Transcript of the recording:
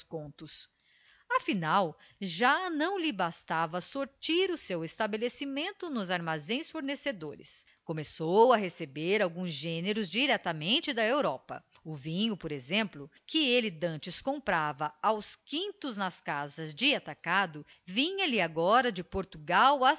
contos afinal já lhe não bastava sortir o seu estabelecimento nos armazéns fornecedores começou a receber alguns gêneros diretamente da europa o vinho por exemplo que ele dantes comprava aos quintos nas casas de atacado vinha-lhe agora de portugal